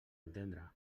entendre